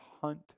hunt